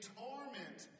torment